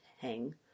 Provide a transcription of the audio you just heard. hang